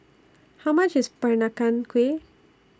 How much IS Peranakan Kueh